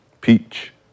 Peach